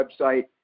website